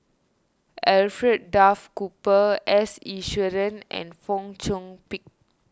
Alfred Duff Cooper S Iswaran and Fong Chong Pik